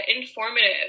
informative